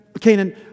Canaan